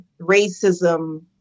racism